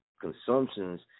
consumptions